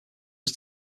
was